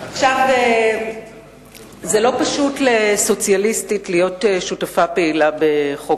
לא פשוט לסוציאליסטית להיות שותפה פעילה בחוק